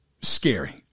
Scary